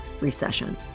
recession